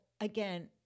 again